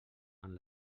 amb